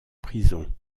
prison